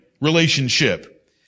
relationship